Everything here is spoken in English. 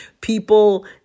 people